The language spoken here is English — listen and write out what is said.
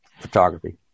photography